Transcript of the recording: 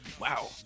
Wow